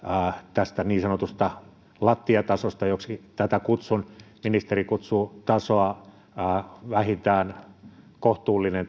tästä niin sanotusta lattiatasosta joksi tätä kutsun ministeri kutsuu tasoa vähintään kohtuulliseksi